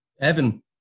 evan